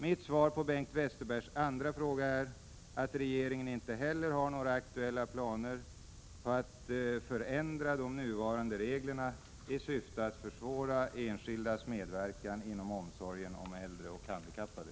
Mitt svar på Bengt Westerbergs andra fråga är att regeringen inte heller har några aktuella planer på att förändra de nuvarande reglerna i syfte att försvåra enskildas medverkan inom omsorgen om äldre och handikappade.